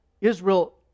Israel